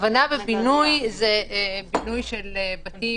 הכוונה לבינוי של בתים.